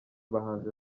bahanzi